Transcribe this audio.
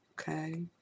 Okay